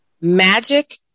magic